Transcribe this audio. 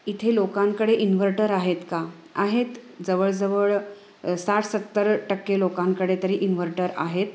इथे लोकांकडे इन्व्हर्टर आहेत का आहेत जवळजवळ साठ सत्तर टक्के लोकांकडे तरी इनव्हर्टर आहेत